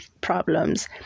problems